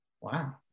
wow